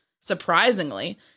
surprisingly